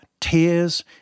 tears